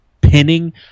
pinning